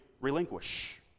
relinquish